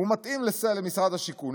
מתאים למשרד השיכון,